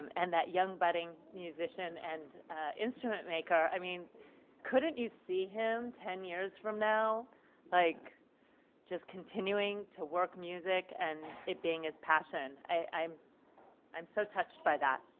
and that young budding musician and instrument maker i mean couldn't you see him ten years from now like just continuing to work music and it being his passion. i am um so touched by that.